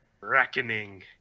Reckoning